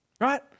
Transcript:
right